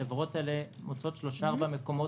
החברות האלה מציעות שלושה ארבעה מקומות